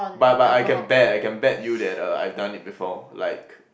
but but I can bet I can bet you that uh I've done it before like